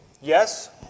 Yes